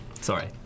Sorry